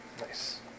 Nice